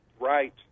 Right